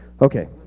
Okay